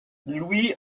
liu